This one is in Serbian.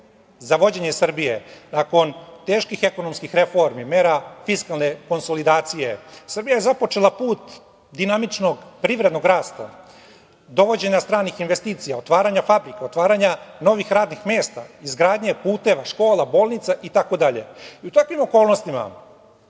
za vođenje Srbije, nakon teških ekonomskih reformi, mera fiskalne konsolidacije, Srbija započela put dinamičnog privrednog rasta, dovođenja stranih investicija, otvaranja fabrika, otvaranja novih radnih mesta, izgradnje puteva, škola, bolnica, itd. U takvim okolnostima